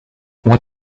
what